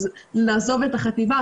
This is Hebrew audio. אז נעזוב את החטיבה.